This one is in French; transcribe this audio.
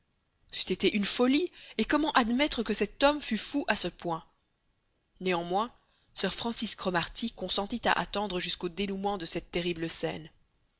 c'eût été une folie et comment admettre que cet homme fût fou à ce point néanmoins sir francis cromarty consentit à attendre jusqu'au dénouement de cette terrible scène